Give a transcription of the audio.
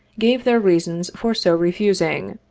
gave their reasons for so refusing,